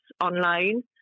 online